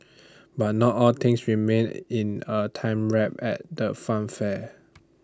but not all things remain in A time wrap at the funfair